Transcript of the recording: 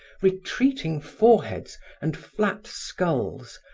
retreating foreheads and flat skulls,